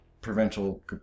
provincial